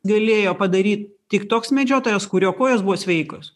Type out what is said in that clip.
galėjo padaryt tik toks medžiotojas kurio kojos buvo sveikos